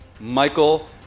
Michael